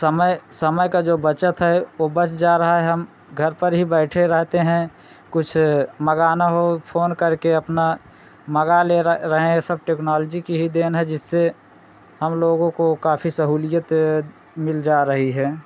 समय समय का जो बचत है वो बच जा रहा है हम घर पर ही बैठे रहते हैं कुछ मंगाना हो फोन करके अपना मंगा ले रहे हैं ये सब टेक्नॉलजी की ही देन है जिससे हम लोगों को काफी सहूलियत मिल जा रही है